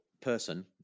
person